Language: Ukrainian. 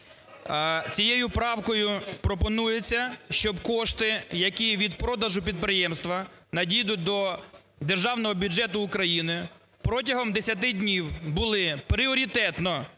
Цією правкою пропонується, щоб кошти, які від продажу підприємства надійдуть до Державного бюджету України, протягом 10 днів були пріоритетно